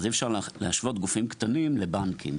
אי-אפשר להשוות גופים קטנים לבנקים,